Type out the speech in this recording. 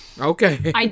Okay